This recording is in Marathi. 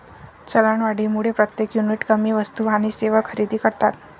चलनवाढीमुळे प्रत्येक युनिट कमी वस्तू आणि सेवा खरेदी करतात